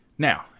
Now